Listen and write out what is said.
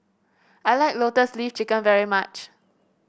I like Lotus Leaf Chicken very much